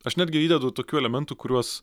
aš netgi įdedu tokių elementų kuriuos